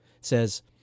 says